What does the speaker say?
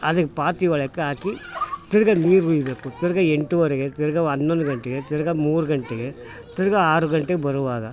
ಅದಕ್ಕೆ ಪಾತಿ ಒಳಕ್ಕೆ ಹಾಕಿ ತಿರ್ಗಿ ನೀರು ಹುಯ್ಬೇಕು ತಿರ್ಗಿ ಎಂಟುವರೆಗೆ ತಿರ್ಗಿ ಹನ್ನೊಂದು ಗಂಟೆಗೆ ತಿರ್ಗಿ ಮೂರು ಗಂಟೆಗೆ ತಿರ್ಗಿ ಆರು ಗಂಟೆಗೆ ಬರೋವಾಗ